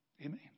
Amen